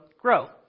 grow